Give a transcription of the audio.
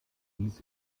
dies